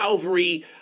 Calvary